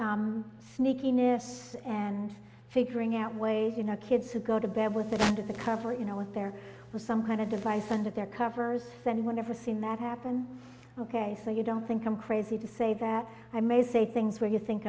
then sneakiness and figuring out ways you know kids who go to bed with it under the cover you know if there was some kind of device under their covers said whenever seen that happen ok so you don't think i'm crazy to say that i may say things where you think